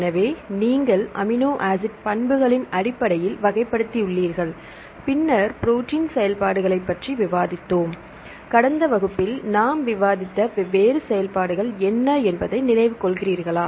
எனவே நீங்கள் amino acid பண்புகளின் அடிப்படையில் வகைப்படுத்தியுள்ளீர்கள் பின்னர் ப்ரோடீன் செயல்பாடுகளைப் பற்றி விவாதித்தோம் கடந்த வகுப்பில் நாம் விவாதித்த வெவ்வேறு செயல்பாடுகள் என்ன என்பதை நினைவில் கொள்கிறீர்களா